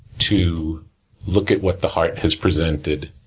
to look at what the heart has presented,